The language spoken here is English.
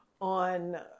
on